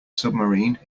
submarine